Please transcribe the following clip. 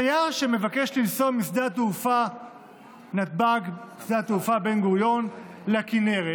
תייר שמבקש לנסוע משדה התעופה בן-גוריון לכינרת